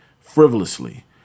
frivolously